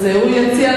אז הוא יציע,